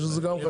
יש לזה גם.